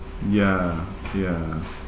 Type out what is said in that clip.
ya ya